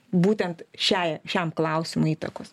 būtent šiai šiam klausimui įtakos